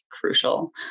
crucial